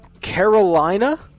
Carolina